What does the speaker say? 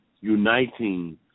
uniting